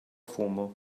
fumo